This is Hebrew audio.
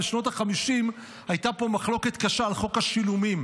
בשנות החמישים הייתה פה מחלוקת קשה על חוק השילומים.